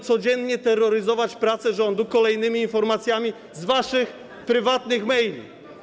codziennie terroryzować prace rządu kolejnymi informacjami z waszych prywatnych maili.